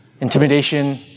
intimidation